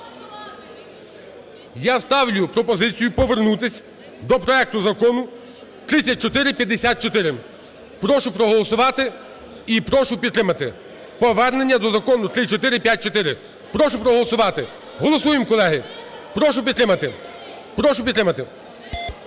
Я ставлю пропозицію повернутись до проекту Закону 3454. Прошу проголосувати і прошу підтримати повернення до Закону 3454. Прошу проголосувати. Голосуємо, колеги! Прошу підтримати. Прошу підтримати.